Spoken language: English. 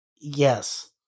Yes